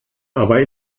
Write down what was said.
aber